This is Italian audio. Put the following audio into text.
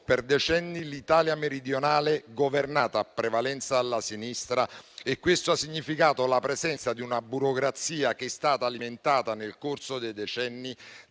per decenni l'Italia meridionale governata a prevalenza dalla sinistra e questo ha significato la presenza di una burocrazia alimentata, nel corso dei decenni,